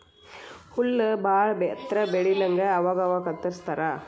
ಹುಲ್ಲ ಬಾಳ ಎತ್ತರ ಬೆಳಿಲಂಗ ಅವಾಗ ಅವಾಗ ಕತ್ತರಸ್ತಾರ